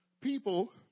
People